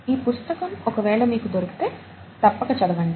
ఈ పుస్తకం ఒకవేళ మీకు దొరికితే తప్పక చదవండి